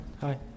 Hi